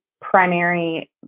primary